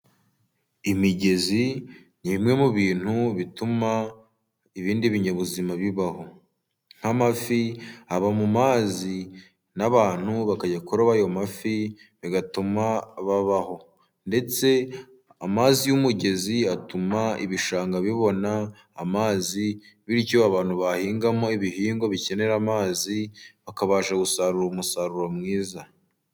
Imigezi ni imwe mu bintu bituma ibindi binyabuzima bibaho, nk'amafi aba mu mazi n'abantu bakajya kuroba ayo mafi bigatuma babaho, ndetse amazi y'umugezi atuma ibishanga bibona amazi bityo abantu bahingamo ibihingwa bikenera amazi bakabasha gusarura umusaruro mwiza.